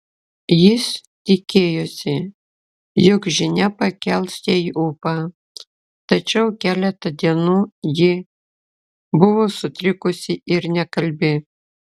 jis tikėjosi jog žinia pakels jai ūpą tačiau keletą dienų ji buvo sutrikusi ir nekalbi